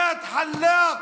איאד אלחלאק.